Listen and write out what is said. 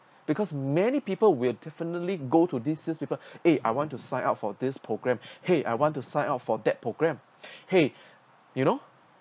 because many people will definitely go to these sales people eh I want to sign up for this program !hey! I want to sign up for that programme !hey! you know